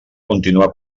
continuar